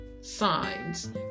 signs